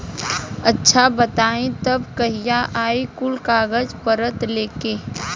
अच्छा बताई तब कहिया आई कुल कागज पतर लेके?